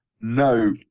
No